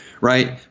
right